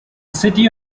city